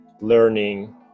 learning